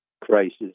crisis